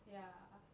ya